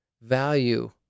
value